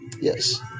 yes